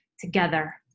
together